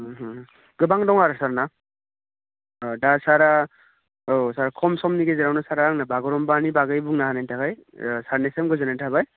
उम होम गोबां दं आरो सार ना ओह दा सारा औ सार खम समनि गेजेरावनो सारा आंनो बागुरुम्बानि बागै बुंनानै होनायनि थाखाय सारनिसिम गोजोन्नाय थाबाय